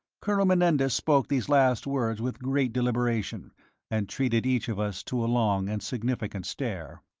colonel menendez spoke these last words with great deliberation and treated each of us to a long and significant stare.